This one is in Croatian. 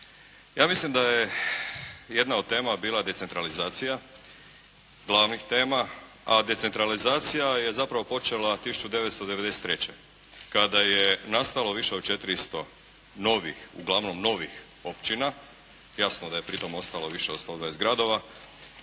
Ja mislim da je jedna od tema bila decentralizacija glavnih tema, a decentralizacija je zapravo počela 1993. kada je nastalo više od 400 novih, uglavnom novih općina, jasno da je pritom ostalo više od 120 gradova.